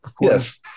Yes